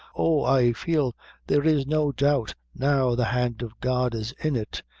oh, i feel there is no doubt now the hand of god is in it,